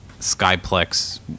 skyplex